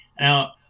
Now